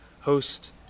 host